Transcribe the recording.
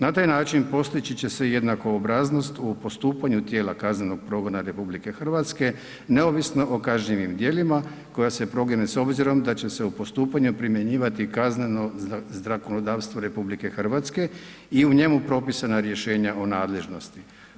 Na taj način postići se jednakoobraznost u postupanju tijela kaznenog progona RH, neovisno o kažnjivim djelima koja se progone s obzirom da će se u postupanju primjenjivati kazneno zakonodavstvo RH i u njemu propisana rješenja o nadležnosti.